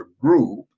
group